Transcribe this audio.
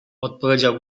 odpowiedział